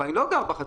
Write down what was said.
אבל אני לא גר בחצר,